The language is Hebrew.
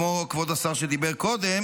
כמו כבוד השר שדיבר קודם,